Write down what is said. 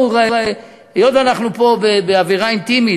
היות שאנחנו פה באווירה אינטימית,